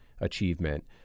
Achievement